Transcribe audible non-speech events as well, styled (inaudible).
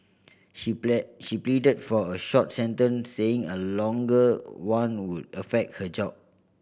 she (unintelligible) pleaded for a short sentence saying a longer one would affect her job